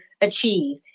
achieve